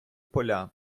поля